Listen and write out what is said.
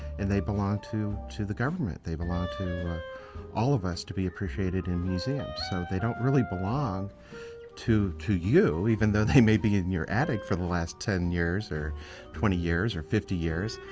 and they belong to to the government, they belong to all of us, to be appreciated in museums. so they don't really belong to to you, even though they may be in your attic for the last ten years or twenty years or fifty years.